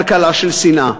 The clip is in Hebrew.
כלכלה של שנאה.